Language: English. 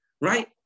right